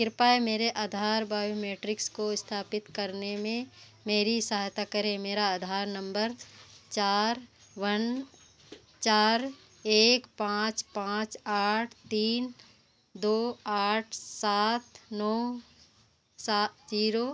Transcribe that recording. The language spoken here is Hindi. कृपया मेरे आधार बायोमेट्रिक्स को स्थापित करने में मेरी सहायता करें मेरा आधार नंबर चार वन चार एक पाँच पाँच आठ तीन दो आठ सात नौ सात जीरो है